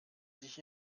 sich